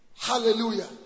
Hallelujah